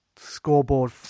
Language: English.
Scoreboard